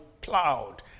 plowed